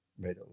right